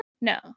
No